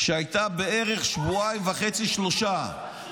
שהייתה בערך שבועיים וחצי, שלושה.